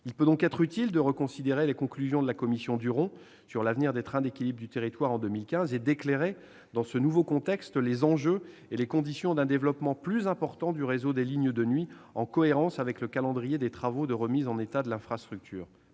Il peut donc être utile de reconsidérer les conclusions de la commission Duron sur l'avenir des trains d'équilibre du territoire, remises en 2015, et d'éclairer, dans ce nouveau contexte, les enjeux et les conditions d'un développement plus important du réseau des lignes de nuit, en cohérence avec le calendrier des travaux de remise en état de l'infrastructure.